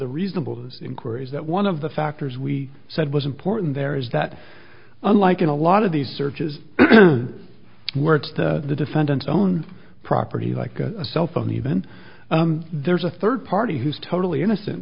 the reasonable those inquiries that one of the factors we said was important there is that unlike in a lot of these searches where the defendant's own property like a cellphone even there's a third party who's totally innocent